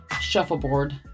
shuffleboard